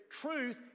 truth